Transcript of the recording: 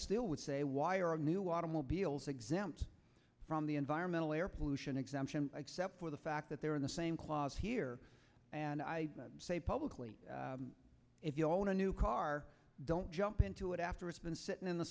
still would say why are new automobiles exempt from the environmental air pollution exemption except for the fact that they're in the same clause here and i say publicly if you own a new car don't jump into it after it's been sitting in the